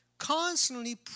Constantly